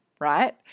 right